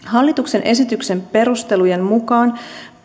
hallituksen esityksen perustelujen mukaan